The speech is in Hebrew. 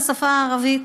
השפה הערבית,